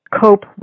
cope